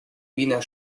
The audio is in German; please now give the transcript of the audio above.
wiener